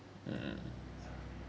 mm